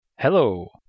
Hello